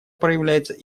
проявляется